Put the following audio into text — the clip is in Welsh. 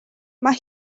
mae